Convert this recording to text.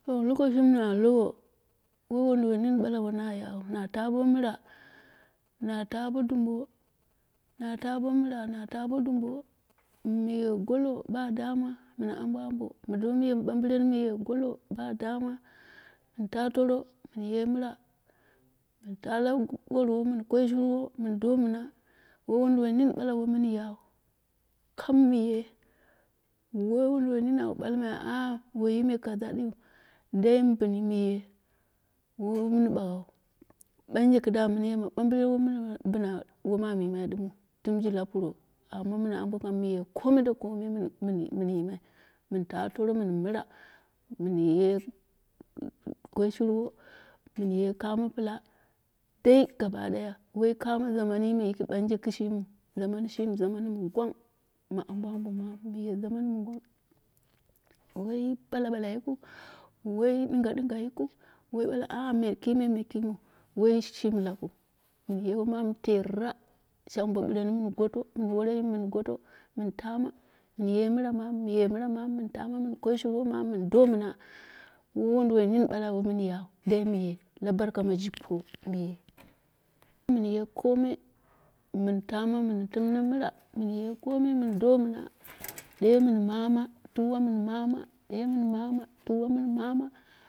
To lokoshimi na lowo woi wuduwoi nini ɓala woi na yaau, na ta bo mɨra, na ta bod umbo, na ta bo mɨra, na ta bo dumbo, naye golo badama na ambo ambo mɨ domu mɨye ɓambɨren mɨye golo badama mɨn ta toro mɨnye mɨra, mɨn ta la worwo mɨn koi shurwo, mɨn do mɨna, woi wunduwoi nini ɓala woi mɨn yaau. Kap mɨye woiwunduwoi nini au ɓalmai aa woi me kaza ɗiu, dai mɨ bɨni mɨye, woi mɨn bagahu, ɓanje kɨda mɨ yemu ɓamren woi mɨn bɨna wom am yimai ɗimɨu, dɨmji laputo amma mɨn ambo mɨye kome dokomei mɨn mɨn mɨn ta toro mɨn mɨra mɨnye ye koi shurwo, mɨnye kumo pɨla, dsai gaba ɗaya, woi kam jamanii me yiki kɨshimiu bɨla, mɨn shen jaman mɨ gwang ma ambo ambo manu mɨye jaman mɨ gwang woi ɓala ɓala yikɨu, woi ndinga ɗinga yikɨu, woi ɓale aa me kime me kimeu, woi shimi lakɨu mɨu ye womamu terra, shano bo ɓɨreni mɨn goto, mɨn wore yimu mɨ goto, mɨn tama, mɨn ye mɨra mamu, bomye mɨra mamu mɨn tama mɨn koi shurwo mamu mɨn do mɨn, woi wunduwoi nini ɓale woi mɨnyau, dai mɨye, la barka ma ji puro mɨye, mɨn ye kome mɨn tama min timme mɨra mɨn ye kome mɨn do mɨna, ɗe mɨn mama, tuuwa mɨn mama, ɗe mɨn mama, tuuwa mɨn mama.